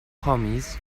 homies